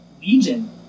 Legion